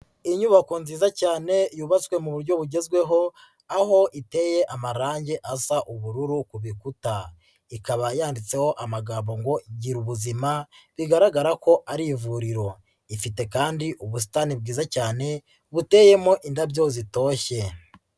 Inyubako nziza cyane yubatswe mu buryo bugezweho, aho iteye amarange asa ubururu ku bikuta, ikaba yanditseho amagambo ngo Girubuzima bigaragara ko ari ivuriro, ifite kandi ubusitani bwiza cyane buteyemo indabyo zitoshye.